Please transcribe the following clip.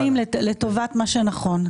עובדים לטובת מה שנכון.